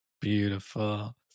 Beautiful